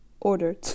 ordered